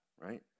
right